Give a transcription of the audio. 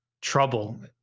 trouble